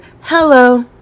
hello